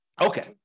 Okay